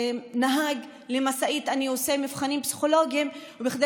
נהג משאית אני עושה מבחנים פסיכולוגיים וכדי